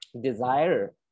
desire